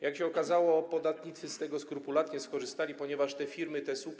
Jak się okazało, podatnicy z tego skrupulatnie skorzystali, ponieważ te firmy, te słupy.